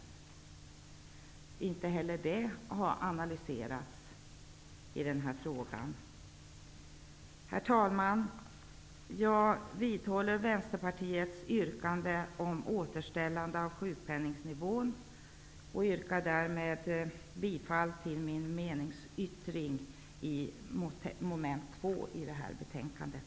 Inte heller den aspekten har analyserats i denna fråga. Herr talman! Jag vidhåller Vänsterpartiets yrkande om återställande av sjukpenningnivån. Jag yrkar därmed bifall till min meningsyttring till mom. 2 i betänkandet.